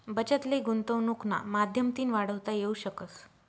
बचत ले गुंतवनुकना माध्यमतीन वाढवता येवू शकस